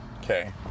Okay